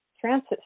transit